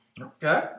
Okay